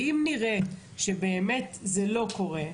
אם נראה שבאמת זה לא קורה,